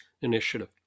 initiative